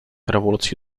rewolucji